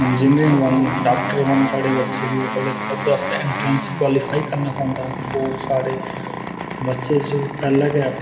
engineer बनन doctor बनन साढ़े बच्चे ओह्दे आस्तै एंट्रेंस कुआलीफाई करना पौंदा ओह् साढ़े बच्चें च पैह्लैं गै